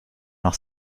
noch